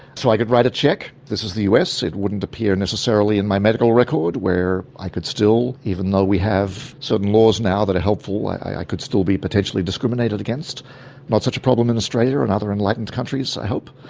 so i could write a cheque. this is the us, it wouldn't appear necessarily in my medical record where i could still, even though we have certain laws now that are helpful, i could still be potentially discriminated against not such a problem in australia and other enlightened countries i hope.